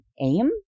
aim